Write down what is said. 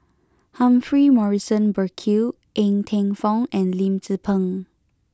Humphrey Morrison Burkill Ng Teng Fong and Lim Tze Peng